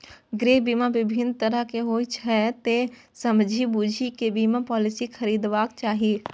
गृह बीमा विभिन्न तरहक होइ छै, तें समझि बूझि कें बीमा पॉलिसी खरीदबाक चाही